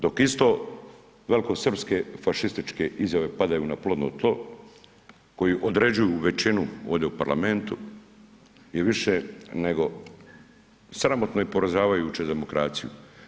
Dok isto velikosrpske fašističke izjave padaju na plodno tlo koje određuju većinu ovdje u parlamentu i više nego sramotno i poražavajuće za demokraciju.